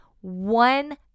one